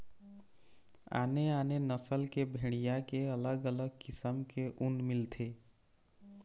आने आने नसल के भेड़िया के अलग अलग किसम के ऊन मिलथे